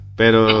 pero